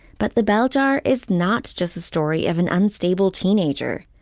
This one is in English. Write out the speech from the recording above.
but the bell jar is not just a story of an unstable teenager.